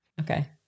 Okay